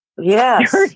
Yes